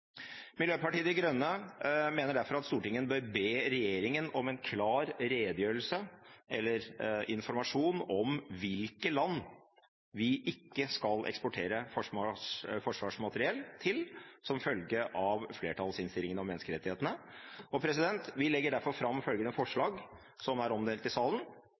Miljøpartiet De Grønne mener derfor at Stortinget bør be regjeringen om en klar redegjørelse eller informasjon om hvilke land vi ikke skal eksportere forsvarsmateriell til som følge av flertallsinnstillingen om menneskerettighetene. Vi legger derfor fram følgende forslag, som er omdelt i salen: